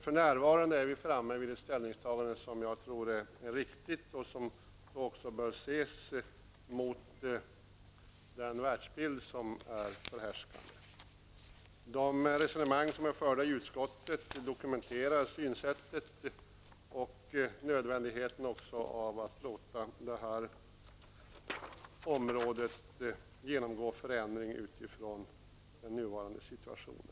För närvarande står vi inför ett ställningstagande som jag tror är riktigt och som också bör ses i förhållande till den förhärskande världsbilden. De resonemang som har förts i utskottet dokumenterar hur man ser på frågan men även det nödvändiga i att även det här området genomgår en förändring utifrån nuvarande situation.